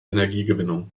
energiegewinnung